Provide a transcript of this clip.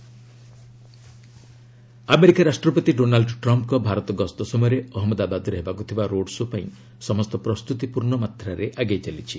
Gujarat road show' America ରାଷ୍ଟ୍ରପତି Donald ଟ୍ରମ୍ଫ୍ଙ୍କ ଭାରତ ଗସ୍ତ ସମୟରେ ଅହମ୍ମଦାବାଦରେ ହେବାକୁ ଥିବା ରୋଡ୍ ଶୋ' ପାଇଁ ସମସ୍ତ ପ୍ରସ୍ତୁତି ପୂର୍ଣ୍ଣ ମାତ୍ରାରେ ଆଗେଇ ଚାଲିଛି